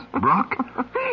Brock